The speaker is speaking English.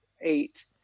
eight